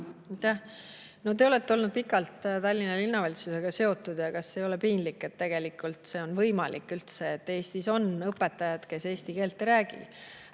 te olete olnud pikalt Tallinna Linnavalitsusega seotud. Kas ei ole piinlik, et tegelikult üldse on võimalik, et Eestis on õpetajad, kes eesti keelt ei räägi?